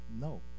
no